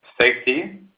safety